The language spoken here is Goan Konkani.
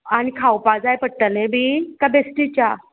आनी खावपा जाय पडटलें बी काय बेश्टी च्या